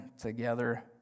together